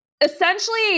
essentially